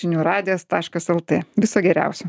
žinių radijas taškas lt viso geriausio